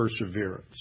perseverance